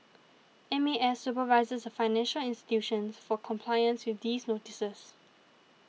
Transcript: M A S supervises the financial institutions for compliance with these notices